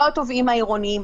לא התובעים העירוניים,